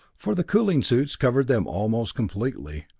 for the cooling suits covered them almost completely,